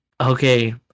Okay